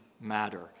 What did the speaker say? matter